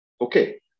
Okay